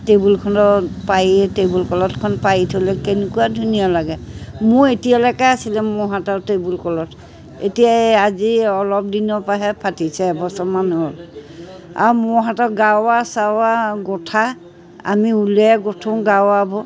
টেবুলখনত পায় টেবুল ক্লথখন পাৰি থ'লে কেনেকুৱা ধুনীয়া লাগে মোৰ এতিয়ালৈকে আছিলে মোৰ হাতৰ টেবুল ক্লথ এতিয়া এই আজি অলপ দিনৰ পৰাহে ফাটিছে এবছৰমান হ'ল আৰু মোৰ হাতৰ গাৰু ওৱাৰ চাৰু ওৱাৰ গোঁঠা আমি ঊলেৰেগোঁঠো গাৰু ওৱাবোৰ